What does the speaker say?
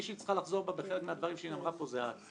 מי שצריכה לחזור בה בחלק מהדברים שהיא אמרה פה זו את.